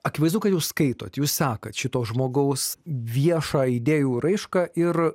akivaizdu kad jūs skaitot jūs sekat šito žmogaus viešą idėjų raišką ir